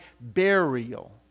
burial